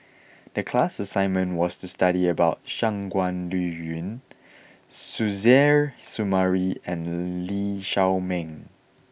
the class assignment was to study about Shangguan Liuyun Suzairhe Sumari and Lee Shao Meng